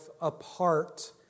apart